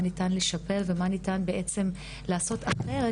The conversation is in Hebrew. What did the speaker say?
מה ניתן לשפר ומה ניתן בעצם לעשות אחרת